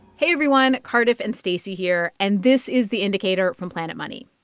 hey, everyone. cardiff and stacey here. and this is the indicator from planet money.